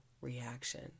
reaction